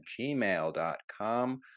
gmail.com